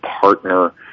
partner